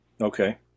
Okay